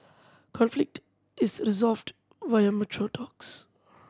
conflict is resolved via mature talks